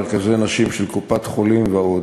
מרכזי נשים של קופת-חולים ועוד.